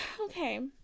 okay